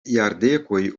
jardekoj